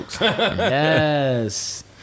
yes